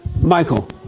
Michael